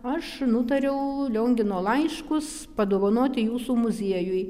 aš nutariau liongino laiškus padovanoti jūsų muziejui